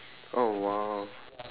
oh !wow!